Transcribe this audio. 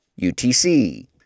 UTC